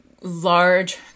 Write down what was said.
large